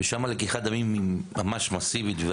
שם, לקיחת הדמים היא ממש מסיבית.